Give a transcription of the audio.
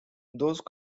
those